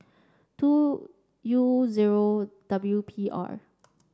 two U zero W P R